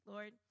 Lord